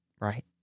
right